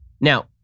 Now